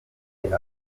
ufite